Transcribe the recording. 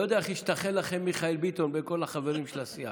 לא יודע איך השתחל לכם מיכאל ביטון בין כל החברים של הסיעה.